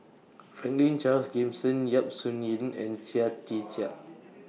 Franklin Charles Gimson Yap Su Yin and Chia Tee Chiak